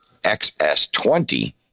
XS20